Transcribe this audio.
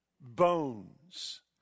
bones